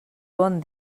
bon